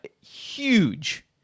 Huge